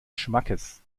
schmackes